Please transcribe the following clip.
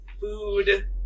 food